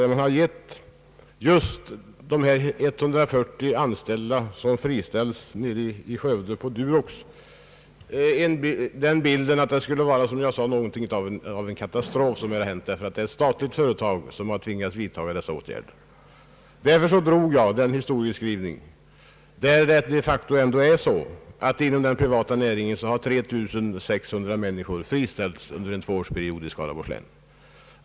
Man har där gett just de 140 anställda som friställs vid Durox i Skövde den bilden, att vad som hänt skulle vara någonting av en katastrof därför att det är ett statligt företag som har tvingats vidtaga dessa åtgärder. Därför drog jag min historieskrivning. De facto är det ändå så att 3 600 människor har friställts inom det privata närigslivet under en tvåårsperiod i Skaraborgs län.